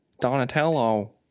Donatello